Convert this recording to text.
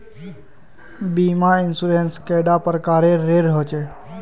बीमा इंश्योरेंस कैडा प्रकारेर रेर होचे